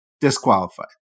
disqualified